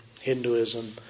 Hinduism